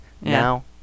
Now